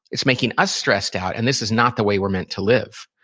it's making us stressed out. and this is not the way we're meant to live.